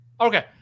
Okay